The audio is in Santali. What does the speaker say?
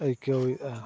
ᱟᱹᱭᱠᱟᱹᱣᱮᱜᱼᱟ